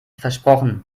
versprochen